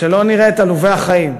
שלא נראה את עלובי החיים,